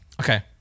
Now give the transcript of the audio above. Okay